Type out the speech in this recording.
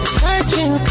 searching